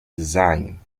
design